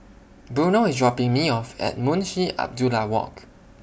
Bruno IS dropping Me off At Munshi Abdullah Walk